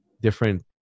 different